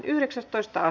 asia